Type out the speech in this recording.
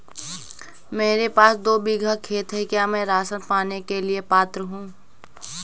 मेरे पास दो बीघा खेत है क्या मैं राशन पाने के लिए पात्र हूँ?